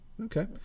Okay